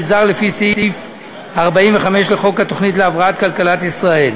זר לפי סעיף 45 לחוק התוכנית להבראת כלכלת ישראל.